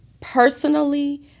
Personally